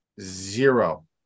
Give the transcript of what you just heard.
zero